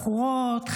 בחורות,